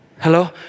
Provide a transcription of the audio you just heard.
Hello